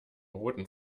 roten